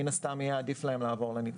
מן הסתם יהיה עדיף להם לעבור לנצרך.